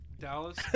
Dallas